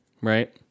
right